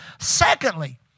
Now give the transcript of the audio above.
Secondly